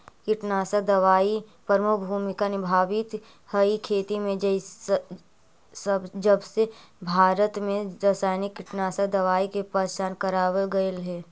कीटनाशक दवाई प्रमुख भूमिका निभावाईत हई खेती में जबसे भारत में रसायनिक कीटनाशक दवाई के पहचान करावल गयल हे